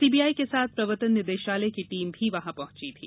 CBI के साथ प्रवर्तन निदेशालय की टीम भी वहां पहुंची थी